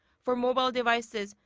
for mobile devices,